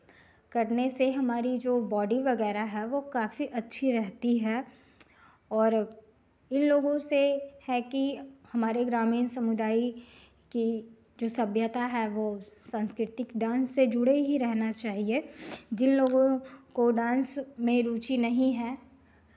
करने से हमारी जो बॉडी वगैरह है वो काफ़ी अच्छी रहती है और इन लोगों से है कि हमारे ग्रामीण समुदाय की जो सभ्यता है वो सांस्कृतिक डांस से जुड़े ही रहना चाहिए जिन लोगों को डांस में रुचि नहीं है